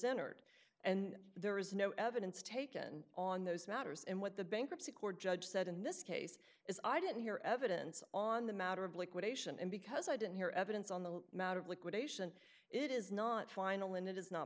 entered and there is no evidence taken on those matters and what the bankruptcy court judge said in this case is i didn't hear evidence on the matter of liquidation and because i didn't hear evidence on the matter of liquidation it is not final and it is not